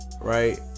right